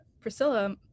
Priscilla